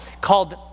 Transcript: called